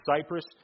Cyprus